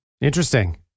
Interesting